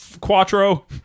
quattro